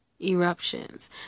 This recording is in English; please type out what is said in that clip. eruptions